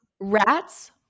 rats